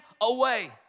away